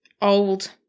Old